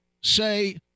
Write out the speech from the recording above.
say